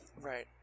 Right